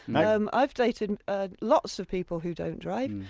and um i've dated ah lots of people who don't drive.